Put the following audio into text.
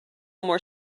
more